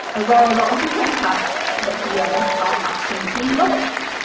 i wear a lot of different hats, but, to be honest, i absolutely love it.